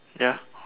ya